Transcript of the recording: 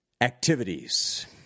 activities